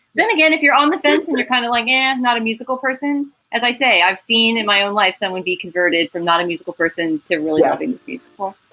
then again, if you're on the fence and you're kind of like and yeah not a musical person, as i say, i've seen in my own life someone be converted from not a musical person to really having peaceful.